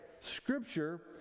scripture